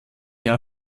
jahr